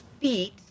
feet